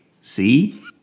see